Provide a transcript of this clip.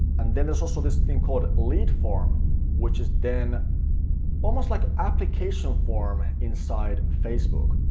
and then there's also this thing called lead form which is then almost like application form inside facebook,